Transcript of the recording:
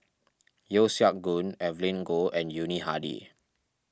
Yeo Siak Goon Evelyn Goh and Yuni Hadi